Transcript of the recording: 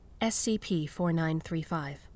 SCP-4935